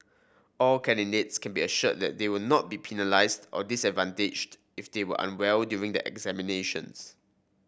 all candidates can be assured that they will not be penalised or disadvantaged if they were unwell during the examinations